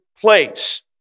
place